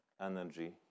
energy